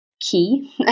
Key